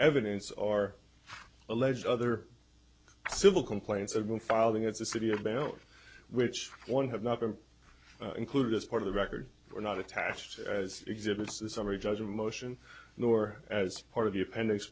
evidence are alleged other civil complaints have been filing it's a city about which one have not been included as part of the record or not attached as exhibits a summary judgment motion nor as part of the appendix